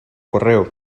correo